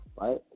right